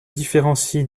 différencie